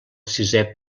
sisè